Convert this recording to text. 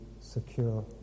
secure